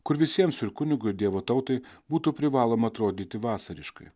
kur visiems ir kunigui ir dievo tautai būtų privaloma atrodyti vasariškai